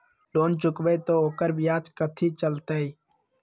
Loan चुकबई त ओकर ब्याज कथि चलतई?